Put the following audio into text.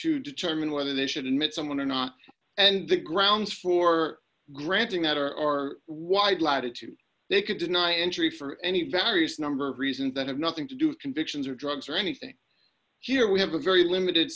to determine whether they should admit someone or not and the grounds for granting that are wide latitude they could deny entry for any various number of reasons that have nothing to do with convictions or drugs or anything here we have a very limited